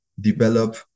develop